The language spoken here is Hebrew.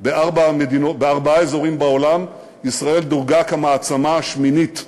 בארבעה אזורים בעולם, ישראל דורגה כמעצמה השמינית,